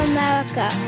America